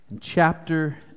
chapter